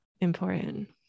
important